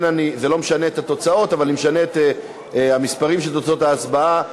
זה לא משנה את התוצאות אבל זה משנה את המספרים של תוצאות ההצבעה,